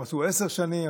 הם עשו עשר שנים,